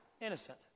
innocent